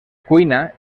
cuina